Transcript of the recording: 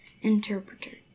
Interpreter